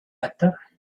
better